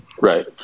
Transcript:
right